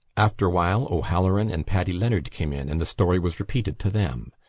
after a while o'halloran and paddy leonard came in and the story was repeated to them.